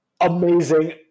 amazing